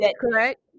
correct